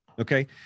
okay